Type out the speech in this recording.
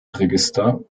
register